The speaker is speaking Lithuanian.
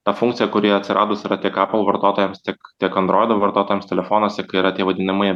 ta funkcija kuri atsiradus yra tiek aple vartotojams tiek tiek androido vartotojams telefonuose yra tie vadinamai